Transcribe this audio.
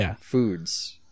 foods